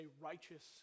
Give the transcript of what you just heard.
righteous